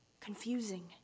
confusing